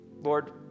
Lord